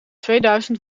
tweeduizend